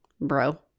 bro